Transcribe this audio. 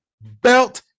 belt